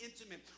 intimate